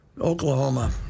Oklahoma